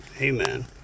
amen